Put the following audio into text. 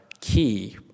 key